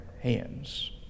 hands